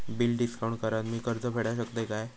Bill discount करान मी कर्ज फेडा शकताय काय?